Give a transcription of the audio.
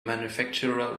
manufacturer